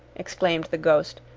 exclaimed the ghost,